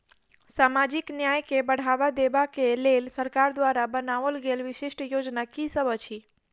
सामाजिक न्याय केँ बढ़ाबा देबा केँ लेल सरकार द्वारा बनावल गेल विशिष्ट योजना की सब अछि?